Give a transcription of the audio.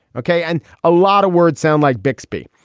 ok. and a lot of words sound like bixby.